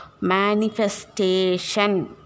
manifestation